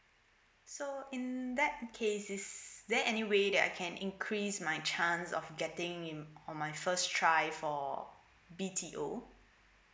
so in that case is there anyway that I can increase my chance of getting in on my first try for B_T_O